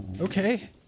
Okay